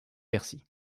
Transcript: bercy